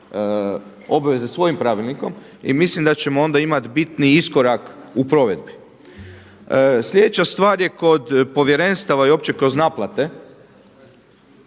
obveze svojim pravilnikom. I mislim da ćemo onda imati bitni iskorak u provedbi. Sljedeća stvar je kod povjerenstava i uopće kroz naplate.